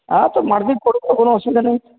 অ্যাঁ তো মার্কেট তো কোনো অসুবিধা নেই